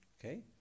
Okay